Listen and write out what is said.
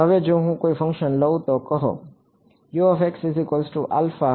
હવે જો હું કોઈ ફંક્શન લઉં તો કહો